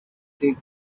take